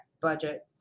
budget